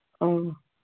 ꯑ